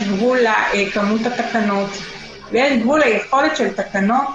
יש גבול לכמות התקנות ויש גבול ליכולת של תקנות